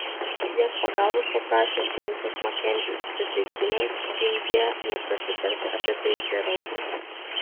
jos pagalbos paprašė džeimsas makenzis prisaikdinęs ginkdie neprasitarti apie tai džeraldui